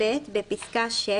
(ב) בפסקה (6),